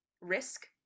risk